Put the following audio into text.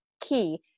key